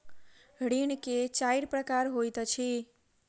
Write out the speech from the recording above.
ऋण के चाइर प्रकार होइत अछि